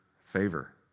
favor